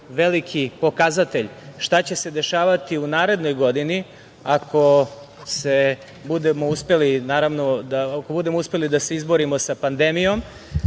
veliki pokazatelj šta će se dešavati u narednoj godini ako budemo uspeli da se izborimo sa pandemijom,